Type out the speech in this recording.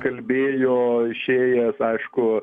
kalbėjo išėjęs aišku